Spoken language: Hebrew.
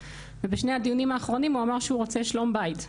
ובשני הדיונים האחרונים הוא אמר שהוא רוצה שלום בית.